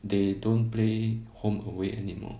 they don't play home away anymore